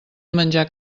menjar